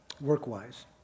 work-wise